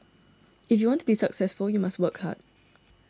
if you want to be successful you must work hard